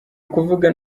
ukuvuga